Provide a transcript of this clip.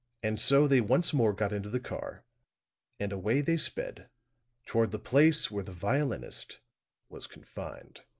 and so they once more got into the car and away they sped toward the place where the violinist was confined.